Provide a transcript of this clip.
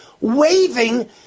waving